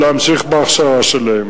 להמשיך בהכשרה שלהם.